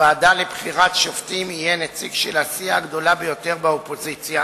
בוועדה לבחירת שופטים יהיה נציג של הסיעה הגדולה ביותר באופוזיציה,